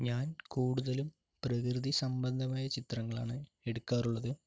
ഞാൻ കൂടുതലും പ്രകൃതി സംബന്ധമായുള്ള ചിത്രങ്ങളാണ് എടുക്കാറുള്ളത്